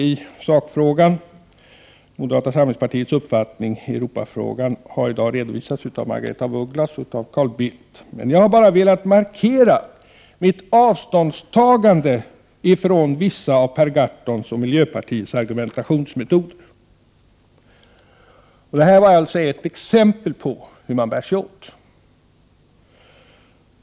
Den uppfattning som vi i moderata samlingspartiet har i Europafrågan har tidigare i dag redovisats av Margaretha af Ugglas och Carl Bildt. Jag vill med detta inlägg bara markera att jag tar avstånd från vissa av Per Gahrtons och miljöpartiets argumentationsmetoder. Vad jag här har anfört är ett exempel på hur man bär sig åt.